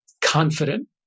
confident